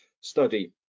study